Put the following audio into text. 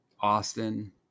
austin